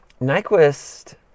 Nyquist